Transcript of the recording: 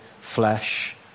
flesh